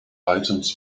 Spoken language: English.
items